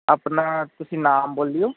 ਆਪਣਾ ਤੁਸੀਂ ਨਾਮ ਬੋਲਿਓ